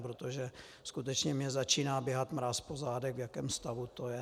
Protože mně skutečně začíná běhat mráz po zádech, v jakém stavu to je.